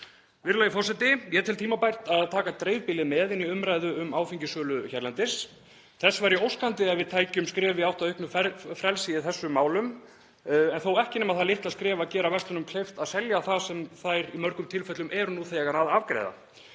Virðulegi forseti. Ég tel tímabært að taka dreifbýlið með inn í umræðu um áfengissölu hérlendis. Þess væri óskandi ef við tækjum skref í átt að auknu frelsi í þessum málum, þó ekki nema það litla skref að gera verslunum kleift að selja það sem þær í mörgum tilfellum eru nú þegar að afgreiða.